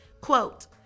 Quote